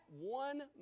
one